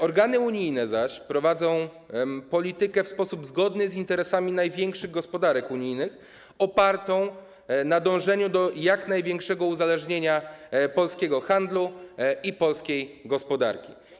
Organy unijne zaś prowadzą politykę w sposób zgodny z interesami największych gospodarek unijnych, opartą na dążeniu do jak największego uzależnienia polskiego handlu i polskiej gospodarki.